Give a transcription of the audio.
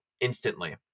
instantly